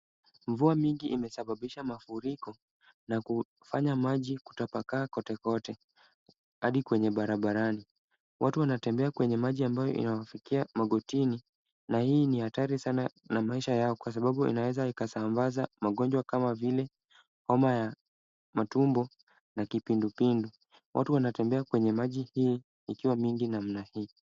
Mvua mingi imesababisha mafuriko, na kufanya maji kutapakaa kotekote hadi kwenye barabarani. Watu wanatembea kwenye maji ambayo inawafikia magotini, na hii ni hatari sana na maisha yao kwa sababu inaweza ikasambaza magonjwa kama vile homa ya matumbo na kipindupindu. Watu wanatembea kwenye maji hii ikiwa mingi namna hii.